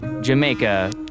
Jamaica